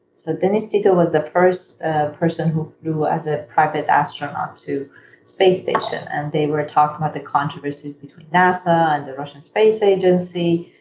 so dennis tito was the first ah person who flew as a private astronaut to space station, and they were talking about the controversies between nasa and the russian space agency.